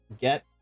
get